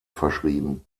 verschrieben